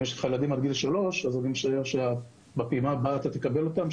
אם יש לך ילדים עד גיל שלוש אז אני משער שבפעימה הבאה אתה תקבל אותן,